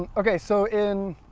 okay so in,